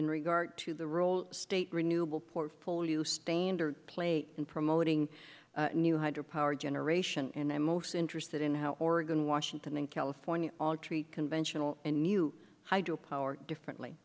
in regard to the role state renewable portfolio standard play in promoting new hydro power generation and i'm most interested in how oregon washington and california all treat conventional and new hydro power differently